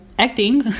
acting